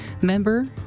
Member